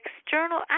external